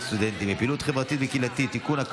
סטודנטים בפעילות חברתית וקהילתית (תיקון,